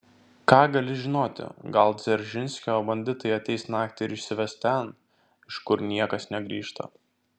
ką gali žinoti gal dzeržinskio banditai ateis naktį ir išsives ten iš kur niekas negrįžta